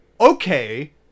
okay